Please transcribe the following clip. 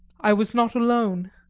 i was not alone.